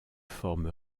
forme